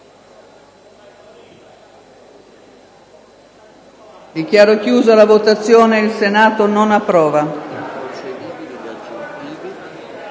Dichiaro chiusa la votazione. **Il Senato non approva**.